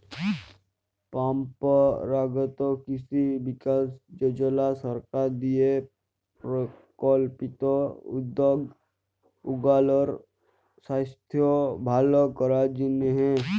পরম্পরাগত কিসি বিকাস যজলা সরকার দিঁয়ে পরিকল্পিত উদ্যগ উগলার সাইস্থ্য ভাল করার জ্যনহে